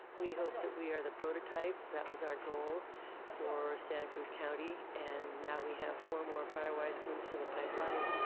we hope that we are the prototype, that was our goal for santa cruz county, and now we have four more fire wise groups in the pipeline.